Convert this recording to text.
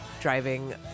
driving